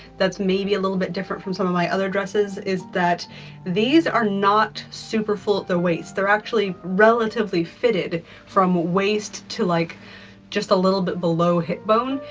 that's maybe a little bit different from some of my other dresses is that these are not super full at the waists. they're actually relatively fitted from waist to like just a little bit below the hip bone,